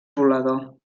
volador